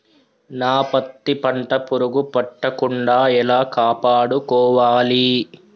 నా పత్తి పంట పురుగు పట్టకుండా ఎలా కాపాడుకోవాలి?